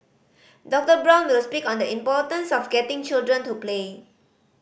Doctor Brown will speak on the importance of getting children to play